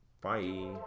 Bye